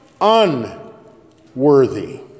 unworthy